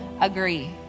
agree